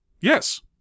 Yes